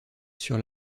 sur